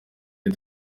iyi